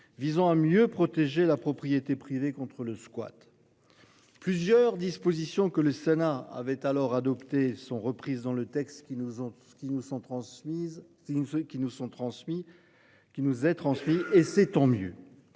visant à mieux protéger la propriété privée contre le squat. Plusieurs dispositions que le Sénat avait alors adopté sont reprises dans le texte qui nous faisons tout ce